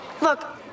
Look